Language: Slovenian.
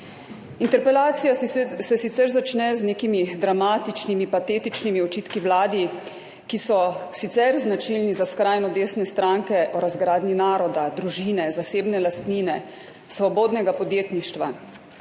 Interpelacija se sicer začne z nekimi dramatičnimi, patetičnimi očitki Vladi, ki so sicer značilni za skrajno desne stranke, o razgradnji naroda, družine, zasebne lastnine, svobodnega podjetništva.